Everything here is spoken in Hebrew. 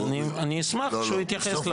אז אני אשמח שהוא יתייחס לעמדה.